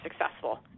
successful